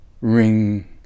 ring